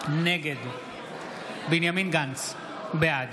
נגד בנימין גנץ, בעד